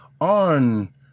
On